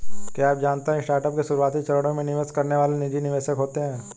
क्या आप जानते है स्टार्टअप के शुरुआती चरणों में निवेश करने वाले निजी निवेशक होते है?